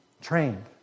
trained